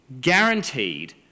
guaranteed